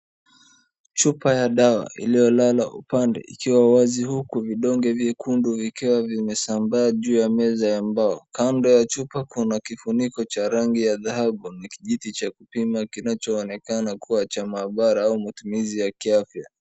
Chupa ya dawa iliyolala upande ikiwa wazi huku vidonge vyekundu vikiwa vimesambaa juu ya meza ya mbao, kando ya chupa kuna kifuniko cha chupa ya rangi ya dhahabu na kijiti cha kupima kinachoonekana kuwa cha maabara au maumizi ya kiafya.